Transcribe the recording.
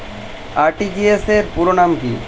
RTGS র পুরো নাম কি?